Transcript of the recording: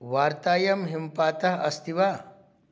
वार्तायां हिमपातः अस्ति वा